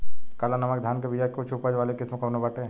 काला नमक धान के बिया के उच्च उपज वाली किस्म कौनो बाटे?